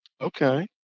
Okay